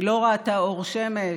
היא לא ראתה אור שמש,